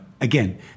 Again